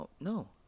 No